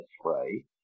spray